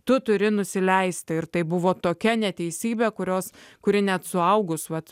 tu turi nusileisti ir tai buvo tokia neteisybė kurios kuri net suaugus vat